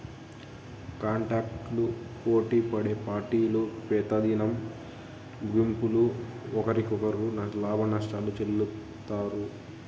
కాంటాక్టులు పోటిపడే పార్టీలు పెతిదినం ముగింపుల ఒకరికొకరు లాభనష్టాలు చెల్లిత్తారు